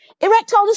erectile